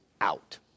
out